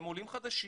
הם עולים חדשים.